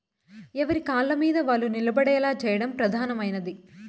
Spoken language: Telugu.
ఎవరి కాళ్ళమీద వాళ్ళు నిలబడేలా చేయడం ప్రధానమైనది